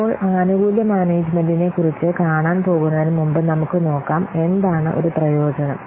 ഇപ്പോൾ ആനുകൂല്യ മാനേജ്മെന്റിനെക്കുറിച്ച് കാണാൻ പോകുന്നതിനുമുമ്പ് നമുക്ക് നോക്കാം എന്താണ് ഒരു പ്രയോജനം